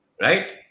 Right